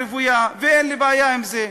אני גר בבנייה רוויה ואין לי בעיה עם זה.